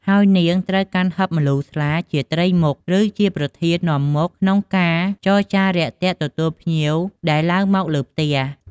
ហើយនាងត្រូវកាន់ហឹបម្លូស្លា ជាត្រីមុខ ឬជាប្រធាននាំមុខក្នុងការចរចារាក់ទាក់ទទួលភ្ញៀវដែលឡើងមកលើផ្ទះ ។